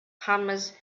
hummus